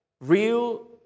real